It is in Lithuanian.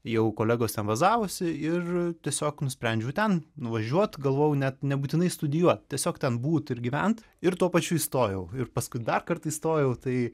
jau kolegos ten bazavosi ir tiesiog nusprendžiau ten nuvažiuot galvojau net nebūtinai studijuot tiesiog ten būt ir gyvent ir tuo pačiu įstojau ir paskui dar kartą įstojau tai